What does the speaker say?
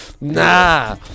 nah